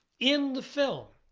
in the film,